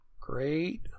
great